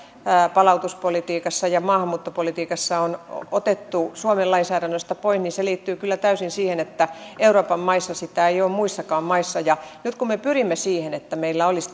palautuspolitiikassa ja maahanmuuttopolitiikassa on otettu suomen lainsäädännöstä pois se liittyy kyllä täysin siihen että sitä ei ole muissakaan euroopan maissa nyt me pyrimme siihen että meillä olisi